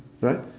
Right